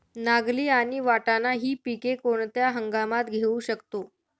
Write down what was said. नागली आणि वाटाणा हि पिके कोणत्या हंगामात घेऊ शकतो?